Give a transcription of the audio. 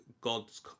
gods